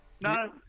No